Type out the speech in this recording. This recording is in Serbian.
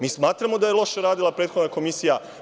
Mi smatramo da je loše radila prethodna komisija.